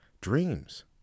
dreams